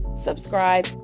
subscribe